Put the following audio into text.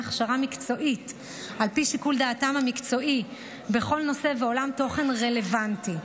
הכשרה מקצועית על פי שיקול דעתם המקצועי בכל נושא ועולם תוכן רלוונטי.